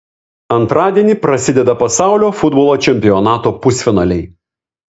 antradienį prasideda pasaulio futbolo čempionato pusfinaliai